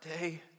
day